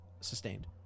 sustained